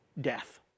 death